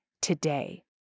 today